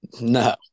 No